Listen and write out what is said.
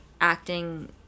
acting